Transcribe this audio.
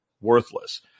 worthless